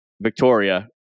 Victoria